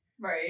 Right